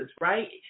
right